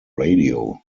radio